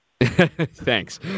Thanks